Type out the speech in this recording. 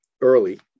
Early